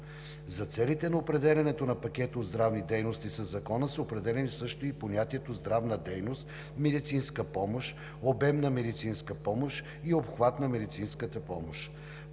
За целите на определянето на пакета от здравни дейности със Закона са определени също и понятията „здравна дейност“, „медицинска помощ“, „обем на медицинска помощ“ и „обхват на медицинската помощ“.